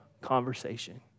conversation